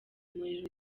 umuriro